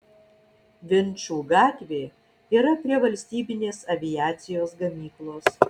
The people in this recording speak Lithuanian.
vinčų gatvė yra prie valstybinės aviacijos gamyklos